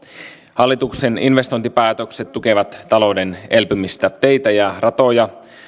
hallituksen investointipäätökset tukevat talouden elpymistä teitä ja ratoja